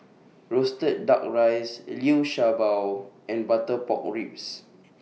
Roasted Duck Rice Liu Sha Bao and Butter Pork Ribs